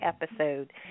episode